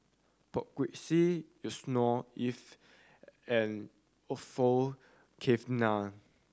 Poh Kay Swee Yusnor Ef and Orfeur Cavenagh